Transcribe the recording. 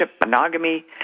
monogamy